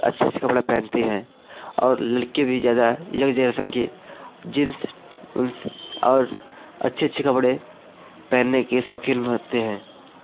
अच्छे से कपड़ा पहनती हैं और लड़के भी ज्यादा यंग जेनरेसन के जींस उन्स और अच्छे अच्छे कपड़े पहनने के शौकीन होते हैं